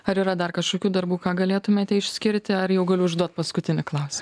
ar yra dar kažkokių darbų ką galėtumėte išskirti ar jau galiu užduot paskutinį klaus